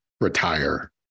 retire